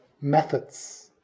methods